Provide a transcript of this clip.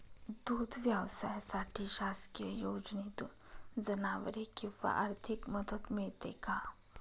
दूध व्यवसायासाठी शासकीय योजनेतून जनावरे किंवा आर्थिक मदत मिळते का?